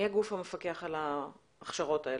מי הגוף המפקח על כל ההכשרות האלה?